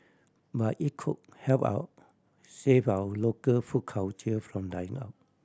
but it could help our save our local food culture from dying out